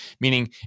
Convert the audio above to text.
Meaning